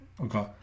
Okay